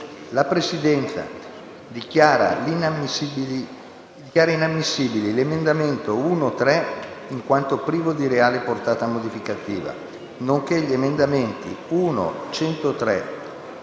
La Presidenza dichiara inammissibili l'emendamento 1.3, in quanto privo di reale portata modificativa, nonché gli emendamenti da 1.103